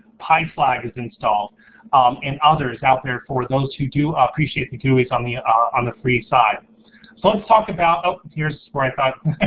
pyflag is installed and others out there for those who do appreciate the gooeys on the ah on the free side. so let's talk about, oh, here's where i thought,